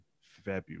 February